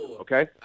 okay